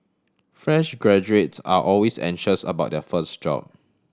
fresh graduates are always anxious about their first job